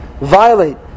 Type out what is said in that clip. violate